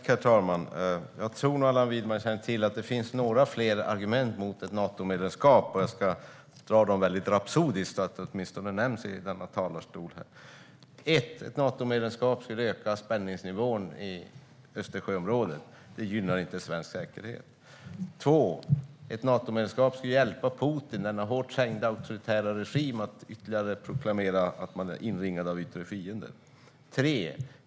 Herr talman! Jag tror nog att Allan Widman känner till att det finns några fler argument mot ett Natomedlemskap. Jag ska dra dem väldigt rapsodiskt så att de åtminstone nämns i denna talarstol. Ett Natomedlemskap skulle öka spänningsnivån i Östersjöområdet. Det gynnar inte svensk säkerhet. Ett Natomedlemskap skulle hjälpa Putin och hans hårt trängda auktoritära regim att ytterligare proklamera att man är inringad av yttre fiender.